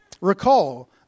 Recall